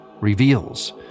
reveals